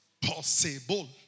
possible